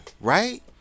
Right